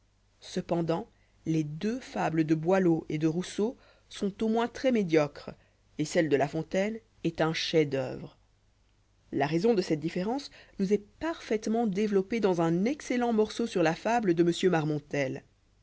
cependant les deux fables dé boileau et de rousseau sont au moins très médiocres et celle de la fontaine est un chef-d'oeuvre la raison de cette différence nous est parfaitement développée dans un excellent morceau sur la fable de